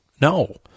No